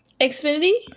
Xfinity